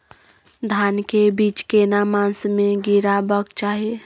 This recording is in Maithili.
धान के बीज केना मास में गीराबक चाही?